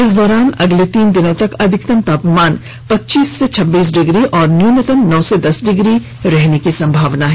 इस दौरान अगले तीन दिनों तक अधिकतम तापमान पच्चीस से छब्बीस डिग्री और न्यूनतम नौ से दस डिग्री रहने की संभावना है